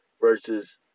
versus